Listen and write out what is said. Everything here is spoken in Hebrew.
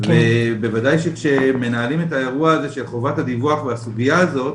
ובוודאי שכמנהלים את האירוע הזה של חובת הדיווח והסוגייה הזאת,